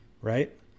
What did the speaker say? right